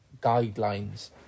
guidelines